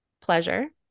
pleasure